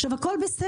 עכשיו, הכול בסדר.